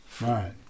Right